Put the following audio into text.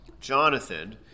Jonathan